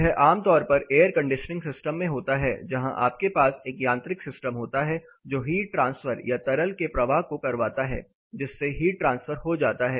यह आमतौर पर एयर कंडीशनिंग सिस्टम में होता है जहां आपके पास एक यांत्रिक सिस्टम होता है जो हीट ट्रांसफर या तरल के प्रवाह को करवाता है जिससे हीट ट्रांसफर हो जाता है